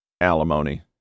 Alimony